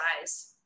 size